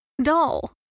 dull